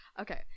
okay